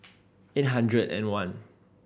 eight hundred and one